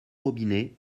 robinet